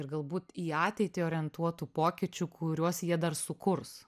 ir galbūt į ateitį orientuotų pokyčių kuriuos jie dar sukurs